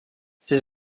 ses